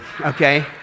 okay